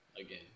Again